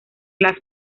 las